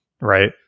Right